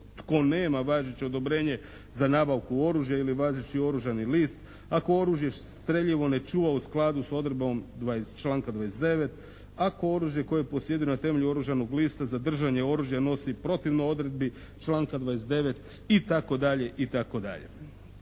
tko nema važeće odobrenje za nabavku oružja ili važeći oružani list, ako oružje, streljivo ne čuva u skladu s odredbom iz članka 29., ako oružje koje posjeduje na temelju oružanog lista za držanje oružja nosi protivno odredbi članka 29. itd.